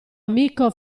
amico